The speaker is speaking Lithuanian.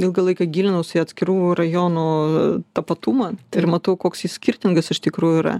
ilgą laiką gilinausi į atskirų rajonų tapatumą ir matau koks jis skirtingas iš tikrųjų yra